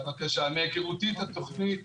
מהיכרותי את התוכנית,